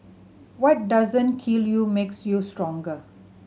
what doesn't kill you makes you stronger